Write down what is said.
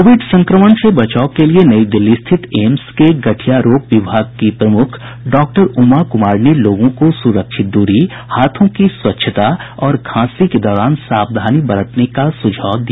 Covid संक्रमण से बचाव के लिए नई दिल्ली स्थित एम्स के गठिया रोग विभाग की प्रमुख डॉक्टर उमा कुमार ने लोगों को सुरक्षित दूरी हाथों की स्वच्छता और खांसी के दौरान सावधानी बरतने का सुझाव दिया